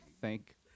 Thank